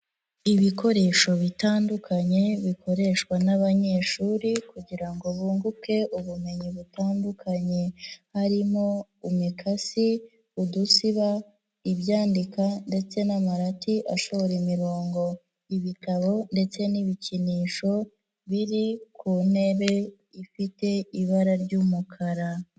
Ibikoresho bitandukanye bikoreshwa n'abanyeshuri kugira ngo bunguke ubumenyi butandukanye, harimo imikasi, udusiba, ibyandika ndetse n'amarati ashora imirongo, ibitabo ndetse n'ibikinisho biri ku ntebe ifite ibara ry'umukara.